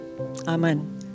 Amen